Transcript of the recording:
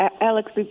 Alex